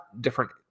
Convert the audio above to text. different